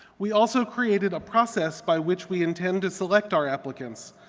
we also created a process by which we intend to select our applicants,